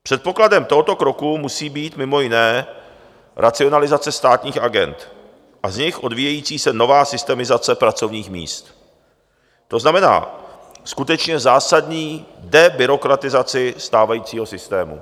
Předpokladem tohoto kroku musí být mimo jiné racionalizace státních agend a z nich odvíjející se nová systemizace pracovních míst, to znamená, skutečně zásadní debyrokratizace stávajícího systému.